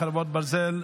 חרבות ברזל)